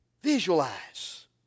Visualize